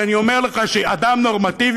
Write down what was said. שאני אומר לך שאדם נורמטיבי,